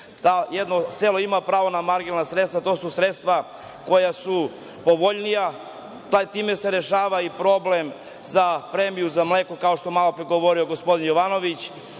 jedno selo ima pravo na marginalna sredstva. To su sredstva koja su povoljnija, time se rešava problem za premiju za mleko kao što je malopre govorio gospodin Jovanović,